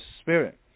spirit